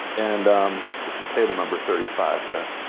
and it's the table number thirty five, there,